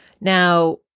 Now